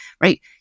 right